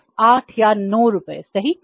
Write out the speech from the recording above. सिर्फ 8 या 9 रुपये सही